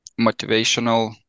motivational